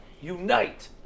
unite